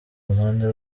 ruhande